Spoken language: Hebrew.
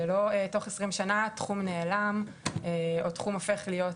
שלא תוך עשרים שנה התחום נעלם או הופך להיות